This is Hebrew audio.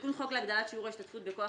תיקון חוק להגדלת שיעור ההשתתפות בכוח